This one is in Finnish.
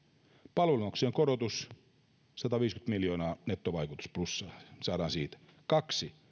palvelumaksujen korotus sadanviidenkymmenen miljoonan nettovaikutus plussaa saadaan siitä kaksi